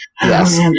Yes